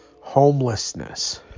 homelessness